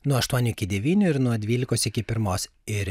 nuo aštuonių iki devynių ir nuo dvylikos iki pirmos ir